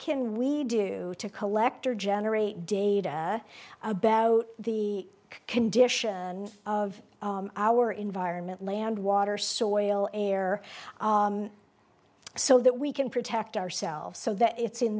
can we do to collect or generate data about the condition of our environment land water soil air so that we can protect ourselves so that it's in